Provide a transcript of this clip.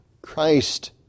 Christ